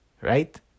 right